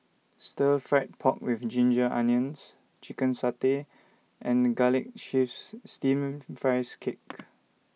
Stir Fried Pork with Ginger Onions Chicken Satay and Garlic Chives Steamed Rice Cake